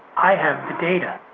i have the data.